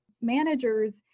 Managers